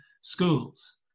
schools –